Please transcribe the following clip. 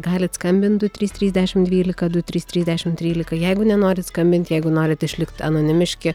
galit skambinti du trys trisdešimt dvylika du trys trys dešimt trylika jeigu nenorit skambint jeigu norit išlikt anonimiški